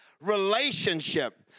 relationship